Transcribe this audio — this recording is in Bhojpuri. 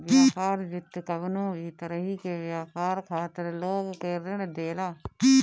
व्यापार वित्त कवनो भी तरही के व्यापार खातिर लोग के ऋण देला